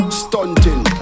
stunting